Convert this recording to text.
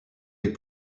les